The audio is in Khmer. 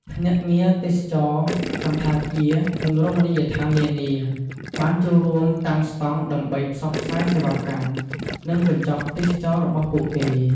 ភ្នាក់ងារទេសចរណ៍ សណ្ឋាគារ និងរមណីយដ្ឋាននានា បានចូលរួមតាំងស្តង់ដើម្បីផ្សព្វផ្សាយសេវាកម្ម និងកញ្ចប់ទេសចរណ៍របស់ពួកគេ។